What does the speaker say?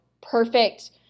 perfect